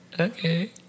okay